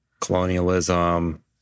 colonialism